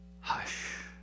hush